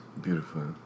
Beautiful